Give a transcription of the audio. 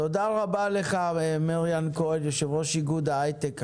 תודה רבה לך, מריאן כהן יושב ראש איגוד ההיי-טק.